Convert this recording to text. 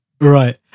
Right